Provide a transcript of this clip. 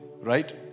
right